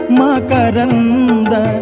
makaranda